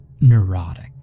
neurotic